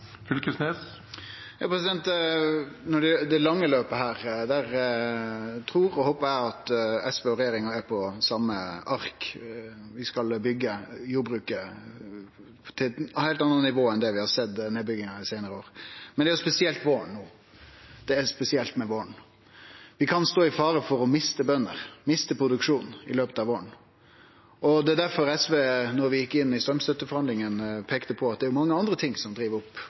Når det gjeld det lange løpet, trur og håpar eg at SV og regjeringa er på det same arket: Vi skal byggje jordbruket opp til eit heilt anna nivå enn det vi har sett med nedbygginga dei seinare åra. Men det er spesielt med våren no. Vi kan stå i fare for å miste bønder, miste produksjon i løpet av våren. Det var difor SV, da vi gjekk inn i straumstøtteforhandlingane, peikte på at det er mange andre ting som driv opp